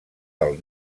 del